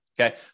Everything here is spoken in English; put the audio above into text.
okay